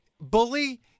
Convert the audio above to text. Bully